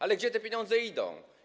Ale gdzie te pieniądze idą?